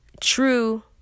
true